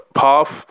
path